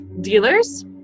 dealers